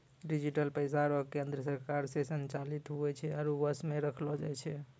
digital पैसा रो केन्द्र सरकार से संचालित हुवै छै आरु वश मे रखलो जाय छै